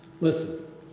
Listen